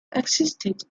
existed